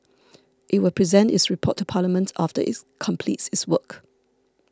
it will present its report to Parliament after its completes its work